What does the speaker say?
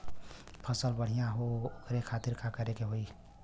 फसल बढ़ियां हो ओकरे खातिर का करे के होई?